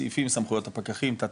סעיפים סמכויות הפקחים וכו'.